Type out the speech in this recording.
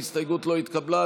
ההסתייגות לא התקבלה.